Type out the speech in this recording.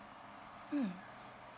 mm